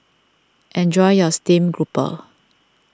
enjoy your Steamed Grouper